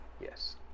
Yes